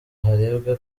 harebwe